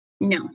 No